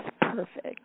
perfect